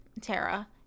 tara